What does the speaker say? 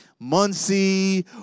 Muncie